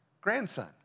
grandson